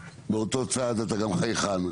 ובאותו צד אתה גם חייכן,